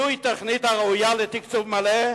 זו תוכנית הראויה לתקצוב מלא?